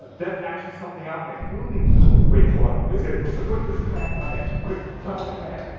that's actually something out there. it's moving wait, hold on. let's get a closeup. wait, there's a kayak down there. quick, let's hop in the kayak.